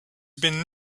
been